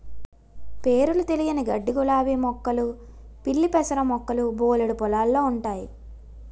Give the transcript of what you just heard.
పేరులు తెలియని గడ్డిగులాబీ మొక్కలు పిల్లిపెసర మొక్కలు బోలెడు పొలాల్లో ఉంటయి